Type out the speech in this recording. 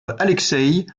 alexeï